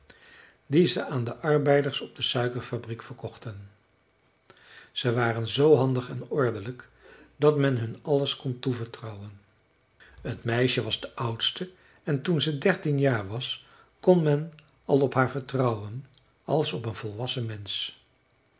die ze aan de arbeiders op de suikerfabriek verkochten ze waren zoo handig en ordelijk dat men hun alles kon toevertrouwen t meisje was de oudste en toen ze dertien jaar was kon men al op haar vertrouwen als op een volwassen mensch